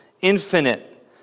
infinite